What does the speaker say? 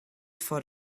for